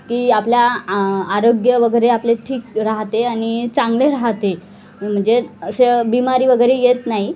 की आपल्या आ आरोग्य वगैरे आपले ठीक राहते आणि चांगले राहते म्हणजे असं बिमारी वगैरे येत नाही